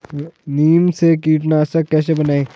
नीम से कीटनाशक कैसे बनाएं?